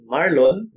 Marlon